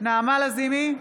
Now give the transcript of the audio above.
נעמה לזימי,